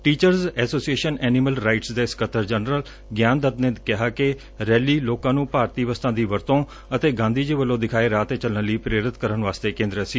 teachers association animal rights ਦੇ ਸਕੱਤਰ general Gian Dutt ਨੇ ਕਿਹਾ ਕਿ ਰੈਲੀ ਲੋਕਾਂ ਨੂੰ ਭਾਰਤੀ ਵਸਤਾਂ ਦੀ ਵਰਤੋਂ ਅਤੇ ਗਾਂਧੀ ਜੀ ਵੱਲੋਂ ਦਿਖਾਏ ਰਾਹ ਤੇ ਚਲਣ ਲਈ ਪ੍ਰੇਰਿਤ ਕਰਨ ਵਾਸਤੇ ਕੇਂਦਰਤ ਸੀ